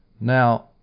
Now